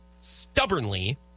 stubbornly